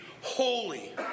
holy